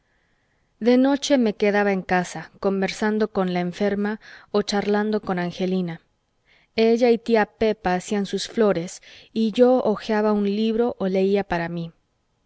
de noche me quedaba en casa conversando con la enferma o charlando con angelina ella y tía pepa hacían sus flores y yo hojeaba un libro o leía para mí